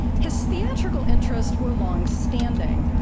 his theatrical interests were long standing.